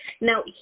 Now